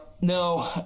No